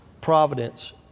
Providence